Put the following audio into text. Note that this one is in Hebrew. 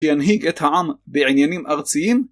שינהיג את העם בעניינים ארציים